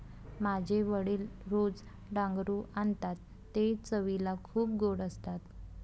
माझे वडील रोज डांगरू आणतात ते चवीला खूप गोड असतात